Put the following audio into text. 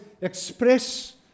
express